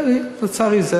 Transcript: לצערי.